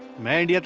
married. yeah